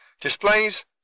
displays